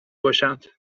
باشند